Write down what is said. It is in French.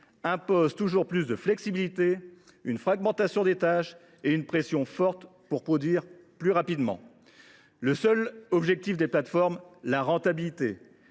impose toujours plus de flexibilité, une fragmentation des tâches et une pression forte pour produire plus rapidement. Le seul objectif des plateformes est la rentabilité